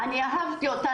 אני אהבתי אותה,